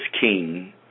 king